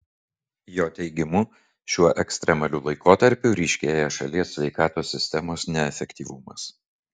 jo teigimu šiuo ekstremaliu laikotarpiu ryškėja šalies sveikatos sistemos neefektyvumas